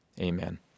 Amen